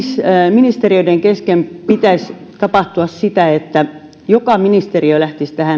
ministeriöiden kesken pitäisi tapahtua sitä että jokainen ministeriö lähtisi